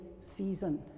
season